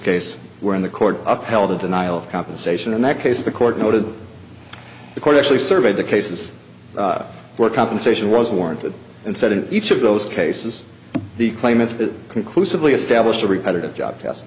case where in the court upheld the denial of compensation in that case the court noted the court actually surveyed the cases where compensation was warranted and said in each of those cases the claimant conclusively established a repetitive job yes